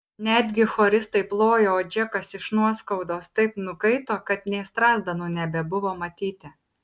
netgi choristai plojo o džekas iš nuoskaudos taip nukaito kad nė strazdanų nebebuvo matyti